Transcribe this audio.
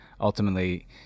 ultimately